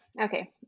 Okay